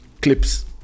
clips